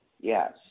Yes